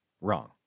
Wrong